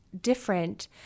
different